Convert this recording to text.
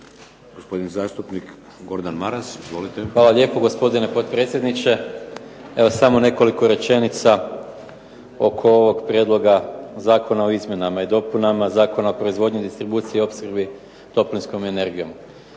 Gospodin zastupnik Gordan Maras. Izvolite. **Maras, Gordan (SDP)** Hvala lijepo gospodine potpredsjedniče. Evo samo nekoliko rečenica oko ovog prijedloga zakona o izmjenama i dopunama Zakona o proizvodnji i distribuciji i opskrbi toplinskom energijom.